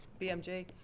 BMJ